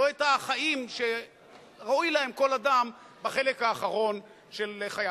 לא את החיים שראוי להם כל אדם בחלק האחרון של חייו,